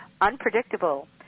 unpredictable